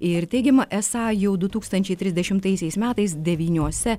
ir teigiama esą jau du tūkstančiai trisdešimtaisiais metais devyniose